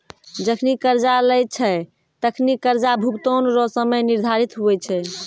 जखनि कर्जा लेय छै तखनि कर्जा भुगतान रो समय निर्धारित हुवै छै